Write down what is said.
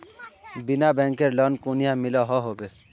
बिना बैंकेर लोन कुनियाँ मिलोहो होबे?